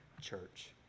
church